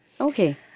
Okay